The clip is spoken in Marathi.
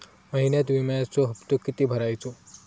महिन्यात विम्याचो हप्तो किती भरायचो?